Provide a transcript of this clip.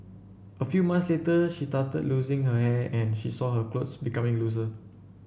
a few months later she started losing her hair and she saw her clothes becoming looser